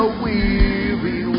weary